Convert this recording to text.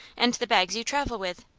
and the bags you travel with.